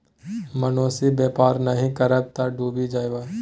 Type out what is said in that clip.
मोनासिब बेपार नहि करब तँ डुबि जाएब